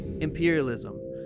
Imperialism